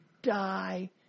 Die